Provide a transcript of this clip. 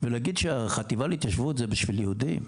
ולהגיד שהחטיבה להתיישבות זה בשביל יהודים?